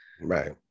right